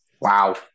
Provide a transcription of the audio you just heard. Wow